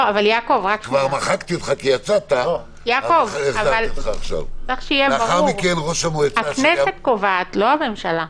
יעקב, צריך שיהיה ברור, הכנסת קובעת, לא הממשלה.